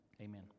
Amen